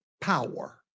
power